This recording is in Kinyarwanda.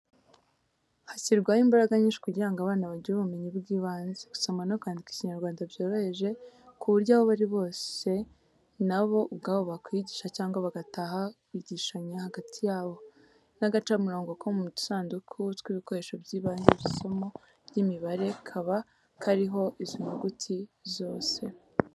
Hashyirwaho imbaraga nyinshi kugira ngo abana bagire ubumenyi bw'ibanze, gusoma no kwandika Ikinyarwanda byoroheje, ku buryo aho bari hose na bo ubwabo bakwiyigisha cyangwa bagataha bigishanya hagati yabo n'agacamurongo ko mu dusanduku tw'ibikoresho by'ibanze by'isomo ry'imibare kaba kariho izo nyuguti zose.